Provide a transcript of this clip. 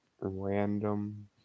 Random